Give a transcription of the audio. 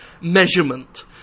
Measurement